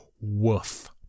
Woof